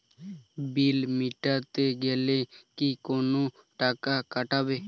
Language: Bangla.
বিল মেটাতে গেলে কি কোনো টাকা কাটাবে?